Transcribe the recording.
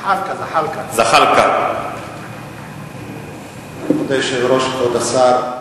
כבוד היושב-ראש, כבוד השר,